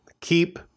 keep